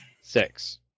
Six